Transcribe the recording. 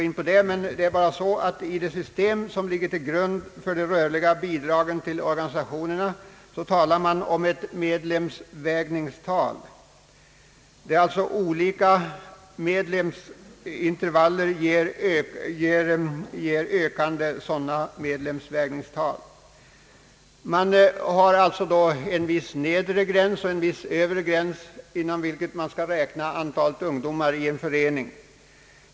I det system som ligger till grund för de rörliga bidragen till organisationerna talar man om ett medlemsvägningstal. Antalet medlemmar inom vissa intervaller ger ökande sådana tal. Man har alltså en viss nedre åldersgräns och en viss övre gräns när man skall räkna antalet ungdomar i en förening.